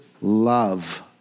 love